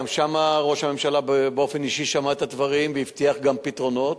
גם שם ראש הממשלה באופן אישי שמע את הדברים והבטיח גם פתרונות.